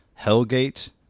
Hellgate